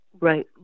Right